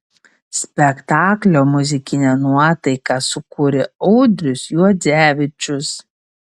spektaklio muzikinę nuotaiką sukūrė audrius juodzevičius